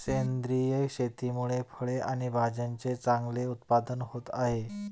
सेंद्रिय शेतीमुळे फळे आणि भाज्यांचे चांगले उत्पादन होत आहे